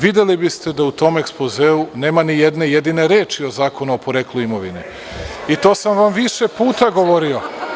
Videli biste da u tom Ekspozeu nema ni jedne jedine reči o Zakonu o poreklu imovine, i to sam vam više puta govorio.